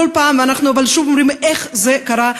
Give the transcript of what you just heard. כל פעם אנחנו שוב אומרים: איך זה קרה?